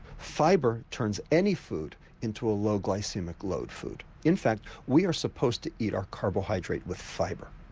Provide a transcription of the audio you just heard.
fibre turns any food into a low glycaemic load food. in fact we are supposed to eat our carbohydrate with fibre,